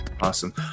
awesome